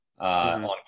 on